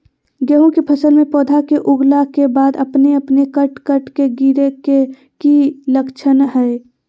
गेहूं के फसल में पौधा के उगला के बाद अपने अपने कट कट के गिरे के की लक्षण हय?